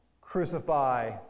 crucify